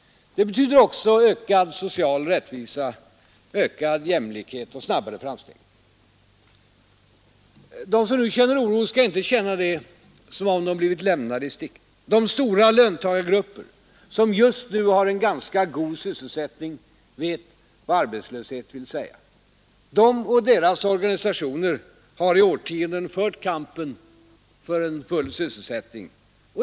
Den betyder också ökad social rättvisa, ökad jämlikhet, snabbare framsteg. De som nu känner oro skall inte känna det som om de blivit lämnade i sticket. De stora löntagargrupper, som just nu har en ganska god sysselsättning, vet vad arbetslöshet vill säga. De och deras organisationer har i årtionden fört kampen för full sysselsättning.